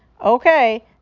Okay